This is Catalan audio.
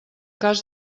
cas